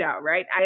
right